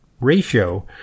ratio